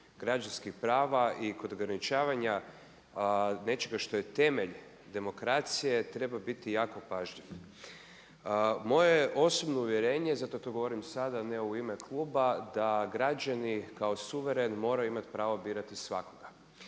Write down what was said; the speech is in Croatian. građanskih prava i kod ograničavanja nečega što je temelj demokracije treba biti jako pažljiv. Moje je osobno uvjerenje, zato to govorim sada a ne u ime kluba da građani kao suveren moraju imati pravo birati svakoga.